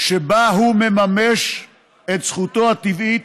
שבה הוא מממש את זכותו הטבעית,